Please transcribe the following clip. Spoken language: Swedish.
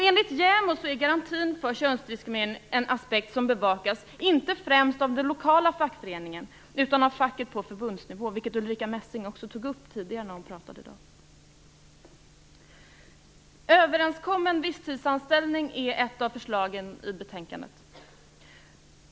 Enligt JämO är garantin för att könsdiskriminering är en aspekt som bevakas inte främst den lokala fackföreningen utan facket på förbundsnivå, vilket Ulrica Messing också tog upp tidigare i dag. Överenskommen visstidsanställning är ett av förslagen i betänkandet.